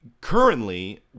Currently